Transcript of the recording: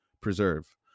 preserve